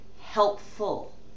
helpful